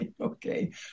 Okay